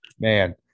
Man